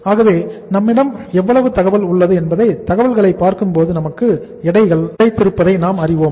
ஆகவே நம்மிடம் எவ்வளவு தகவல் உள்ளது என்பதை தகவல்களை பார்க்கும்போது நமக்கு எடைகள் கிடைத்திருப்பதை நாம் அறிவோம்